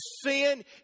sin